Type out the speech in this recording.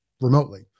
remotely